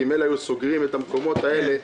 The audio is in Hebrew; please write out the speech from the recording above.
כי הם היו סוגרים את המקומות האלה,